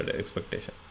expectation